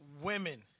women